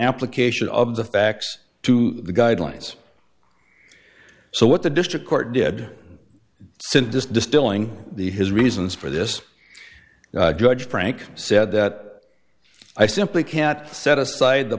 application of the facts to the guidelines so what the district court did since just distilling the his reasons for this judge frank said that i simply cannot set aside the